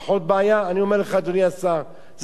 אני אומר לך, אדוני השר, זה לא פחות בעייתי.